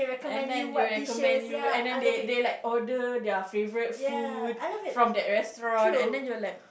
and then will recommend you and then they they like order their favourite food from that restaurant and then you're like